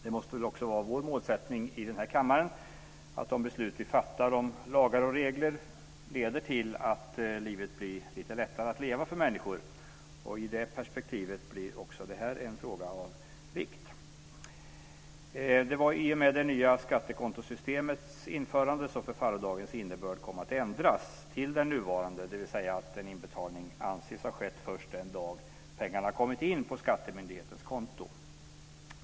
Det måste väl också vara vår målsättning i den här kammaren att de beslut vi fattar om lagar och regler leder till att livet blir lite lättare att leva för människor. I det perspektivet blir också detta en fråga av vikt. Det var i och med det nya skattekontosystemets införande som förfallodagens innebörd kom att ändras till den nuvarande, dvs. att en inbetalning anses ha skett först den dag pengarna kommit in på skattemyndighetens konto.